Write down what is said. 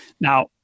Now